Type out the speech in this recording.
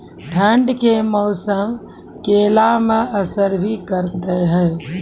ठंड के मौसम केला मैं असर भी करते हैं?